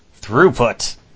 Throughput